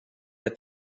the